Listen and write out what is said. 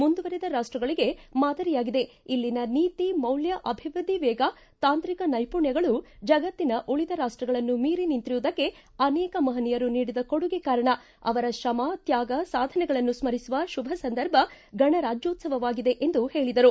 ಮುಂದುವರಿದ ರಾಷ್ಟಗಳಿಗೆ ಮಾದರಿಯಾಗಿದೆ ಇಲ್ಲಿನ ನೀತಿ ಮೌಲ್ಯ ಅಭಿವೃದ್ಧಿ ವೇಗ ತಾಂತ್ರಿಕ ನೈಪುಣ್ಣಗಳು ಜಗತ್ತಿನ ಉಳಿದ ರಾಷ್ಟಗಳನ್ನು ಮೀರಿ ನಿಂತಿರುವದಕ್ಕೆ ಅನೇಕ ಮಹನೀಯರು ನೀಡಿದ ಕೊಡುಗೆ ಕಾರಣ ಅವರ ಶ್ರಮ ತ್ಯಾಗ ಸಾಧನೆಗಳನ್ನು ಸ್ಕರಿಸುವ ಶುಭ ಸಂದರ್ಭ ಗಣರಾಜ್ಜೋತ್ಸವವಾಗಿದೆ ಎಂದು ಹೇಳಿದರು